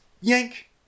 yank